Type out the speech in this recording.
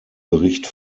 bericht